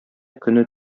көне